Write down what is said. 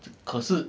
可是